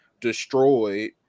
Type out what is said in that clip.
destroyed